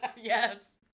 Yes